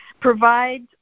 provides